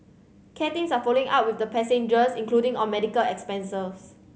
care teams are following up with the passengers including on medical expenses